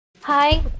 Hi